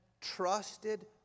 trusted